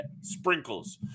sprinkles